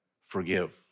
forgive